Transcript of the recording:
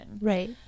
Right